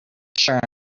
sure